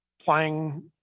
playing